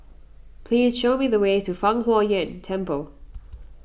please show me the way to Fang Huo Yuan Temple